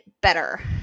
better